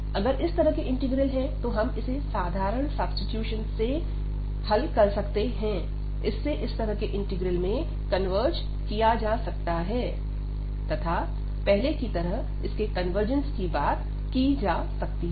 अगर इस तरह के इंटीग्रल हैं तो हम इसे साधारण सब्सीट्यूशन से कर सकते हैं इससे इस तरह के इंटीग्रल में कन्वर्ज किया जा सकता है तथा पहले की तरह इसके कन्वर्जेन्स की बात की जा सकती है